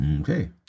Okay